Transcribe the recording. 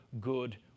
good